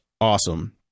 awesome